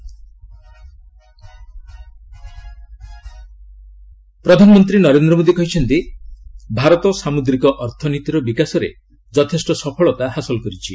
PM maritime ପ୍ରଧାନମନ୍ତ୍ରୀ ନରେନ୍ଦ୍ର ମୋଦୀ କହିଛନ୍ତି ଭାରତ ସାମୁଦ୍ରିକ ଅର୍ଥନୀତିର ବିକାଶରେ ଯଥେଷ୍ଟ ସଫଳତା ହାସଲ କରିଛି